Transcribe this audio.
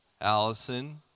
Allison